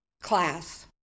class